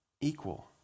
Equal